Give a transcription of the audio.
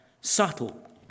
subtle